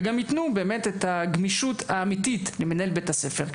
וגם יתנו את הגמישות האמיתית למנהל בית הספר.